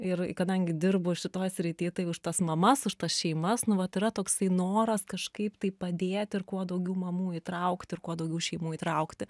ir kadangi dirbu šitoj srity tai už tas mamas už tas šeimas nu vat yra toksai noras kažkaip tai padėti ir kuo daugiau mamų įtraukt ir kuo daugiau šeimų įtraukti